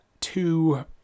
two